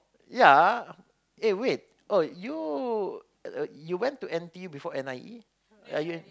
ya eh wait oh you you went to N_T_U before N_I_E are you